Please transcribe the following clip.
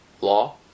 law